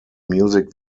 music